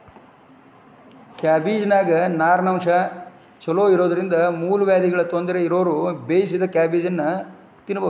ಕ್ಯಾಬಿಜ್ನಾನ್ಯಾಗ ನಾರಿನಂಶ ಚೋಲೊಇರೋದ್ರಿಂದ ಮೂಲವ್ಯಾಧಿಗಳ ತೊಂದರೆ ಇರೋರು ಬೇಯಿಸಿದ ಕ್ಯಾಬೇಜನ್ನ ತಿನ್ಬೇಕು